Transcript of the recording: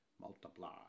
Multiply